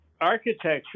architecture